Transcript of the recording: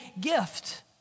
gift